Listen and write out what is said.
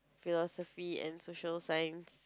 philosophy and social science